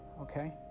okay